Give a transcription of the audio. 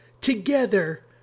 Together